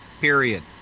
period